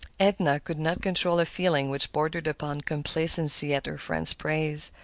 edna could not control a feeling which bordered upon complacency at her friend's praise,